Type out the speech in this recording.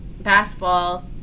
basketball